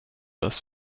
das